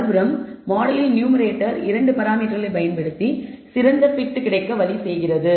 மறுபுறம் மாடலில் நியூமேரேட்டர் 2 பராமீட்டர்கள் பயன்படுத்தி சிறந்த fit கிடைக்க வழி செய்கிறது